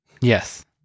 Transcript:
Yes